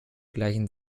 gleichen